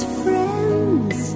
friends